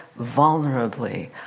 vulnerably